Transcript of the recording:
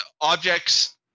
Objects